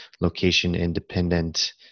location-independent